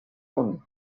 punt